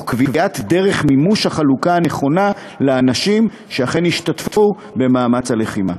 תוך קביעת דרך נכונה למימוש החלוקה לאנשים שאכן השתתפו במאמץ הלחימה.